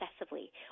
excessively